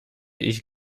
ich